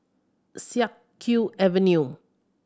Siak Kew Avenue